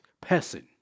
person